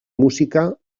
música